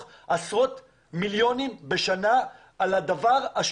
היום עשרות מיליוני שקלים בשנה על דבר שהוא